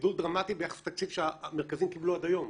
גידול דרמטי ביחס לתקציב שהמרכזים קיבלו עד היום.